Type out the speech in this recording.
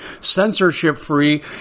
censorship-free